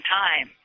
time